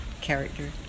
character